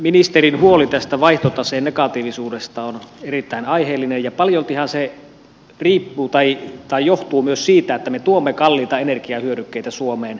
ministerin huoli vaihtotaseen negatiivisuudesta on erittäin aiheellinen ja paljoltihan se johtuu myös siitä että me tuomme kalliita energiahyödykkeitä suomeen